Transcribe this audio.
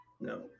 No